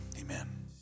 Amen